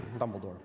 Dumbledore